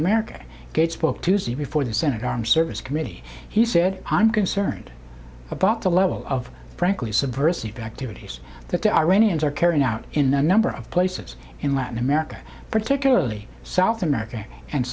tuesday before the senate armed service committee he said i'm concerned about the level of frankly subversive activities that the iranians are carrying out in a number of places in latin america particularly south america and